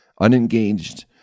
unengaged